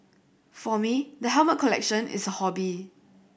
for me the helmet collection is a hobby